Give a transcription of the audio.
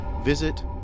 visit